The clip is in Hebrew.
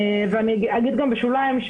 ואני אגיד גם בשוליים,